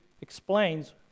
explains